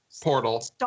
portal